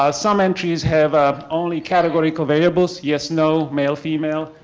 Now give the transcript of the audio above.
ah some entries have ah only category convariables, yes, no, male, female,